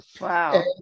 Wow